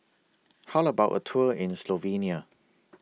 How about A Tour in Slovenia